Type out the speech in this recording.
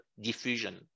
diffusion